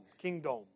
kingdom